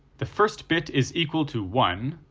the first bit is equal to one,